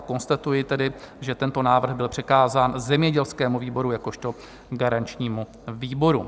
Konstatuji tedy, že tento návrh byl přikázán zemědělskému výboru jakožto garančnímu výboru.